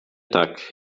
tak